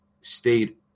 stayed